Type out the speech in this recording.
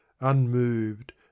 unmoved